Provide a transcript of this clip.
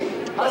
לא,